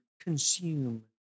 consume